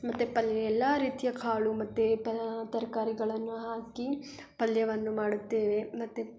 ಮತ್ತು ಪಲ್ಯ ಎಲ್ಲ ರೀತಿಯ ಕಾಳು ಮತ್ತು ಪಾ ತರಕಾರಿಗಳನ್ನ ಹಾಕಿ ಪಲ್ಯವನ್ನು ಮಾಡುತ್ತೇವೆ ಮತ್ತು